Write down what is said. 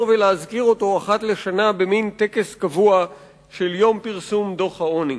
ולהזכיר אותו אחת לשנה במין טקס קבוע של יום פרסום דוח העוני.